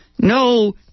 No